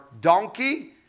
donkey